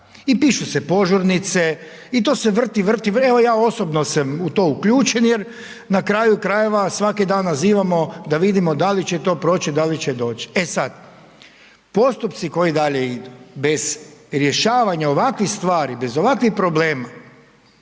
I pišu se požurnice, i to se vrti, vrti, vrti, evo ja osobno sam u to uključen jer na kraju krajeva svaki dan nazivamo da vidimo da li će to proći, da li će doći. E sad, postupci koji dalje idu, bez rješavanja ovakvih stvari, bez ovakvih problema,